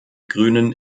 grünen